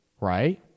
right